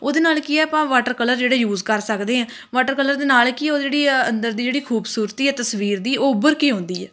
ਉਹਦੇ ਨਾਲ ਕੀ ਹੈ ਆਪਾਂ ਵਾਟਰ ਕਲਰ ਜਿਹੜੇ ਯੂਜ ਕਰ ਸਕਦੇ ਹਾਂ ਵਾਟਰ ਕਲਰ ਦੇ ਨਾਲ ਕੀ ਆ ਉਹਦੀ ਜਿਹੜੀ ਅੰਦਰ ਦੀ ਜਿਹੜੀ ਖੂਬਸੂਰਤੀ ਹੈ ਤਸਵੀਰ ਦੀ ਉਹ ਉਭਰ ਕੇ ਆਉਂਦੀ ਹੈ